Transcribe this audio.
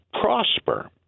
prosper